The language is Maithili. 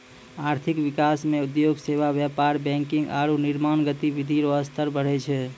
आर्थिक विकास मे उद्योग सेवा व्यापार बैंकिंग आरू निर्माण गतिविधि रो स्तर बढ़ै छै